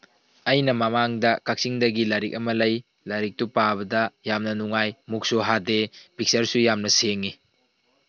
ꯑꯩꯅ ꯃꯃꯥꯡꯗ ꯀꯛꯆꯤꯡꯒꯤ ꯂꯥꯏꯔꯤꯛ ꯑꯃ ꯂꯩ ꯂꯥꯏꯔꯤꯛꯇꯨ ꯄꯥꯕꯗ ꯌꯥꯝꯅ ꯅꯨꯡꯉꯥꯏ ꯃꯨꯛꯁꯨ ꯍꯥꯗꯦ ꯄꯤꯛꯆꯔꯁꯨ ꯌꯥꯝꯅ ꯁꯦꯡꯉꯤ